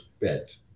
bet